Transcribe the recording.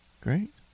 great